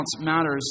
matters